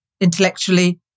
intellectually